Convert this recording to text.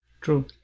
True